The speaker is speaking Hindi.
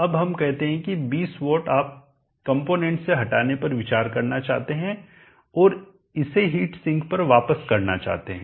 अब हम कहते हैं कि 20 वाट आप कंपोनेंट से हटाने पर विचार करना चाहते हैं और इसे हीट सिंक पर पास करना चाहते हैं